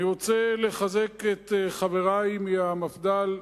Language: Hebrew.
אני רוצה לחזק את חברי מהמפד"ל,